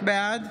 בעד